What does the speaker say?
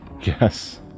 Yes